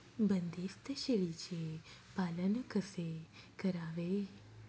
बंदिस्त शेळीचे पालन कसे करावे?